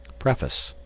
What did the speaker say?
preface